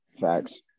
Facts